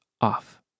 off